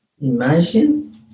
Imagine